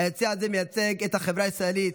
היציע הזה מייצג את החברה הישראלית,